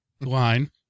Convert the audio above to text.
line